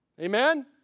Amen